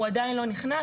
הוא עדיין לא נכנס.